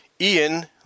Ian